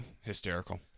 hysterical